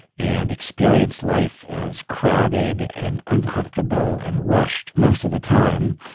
and experienced life as crowded, and uncomfortable, and rushed most of the time,